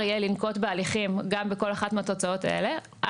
יהיה לנקוט בהליכים גם בכל אחת מהתוצאות האלה,